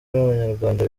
n’abanyarwanda